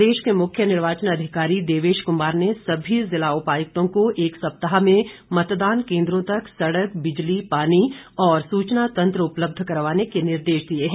प्रदेश के मुख्य निर्वाचन अधिकारी देवेश कुमार ने सभी जिला उपायुक्तों को एक सप्ताह में मतदान केंद्रों तक सड़क बिजली पानी और सूचना तंत्र उपलब्ध करवाने के निर्देश दिए है